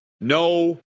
no